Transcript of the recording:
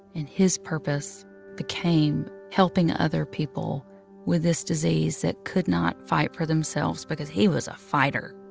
and his purpose became helping other people with this disease that could not fight for themselves because he was a fighter.